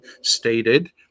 stated